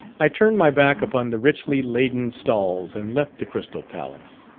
i turned my back upon the richly laden stalls and left the crystal palace.